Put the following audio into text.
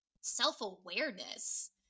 self-awareness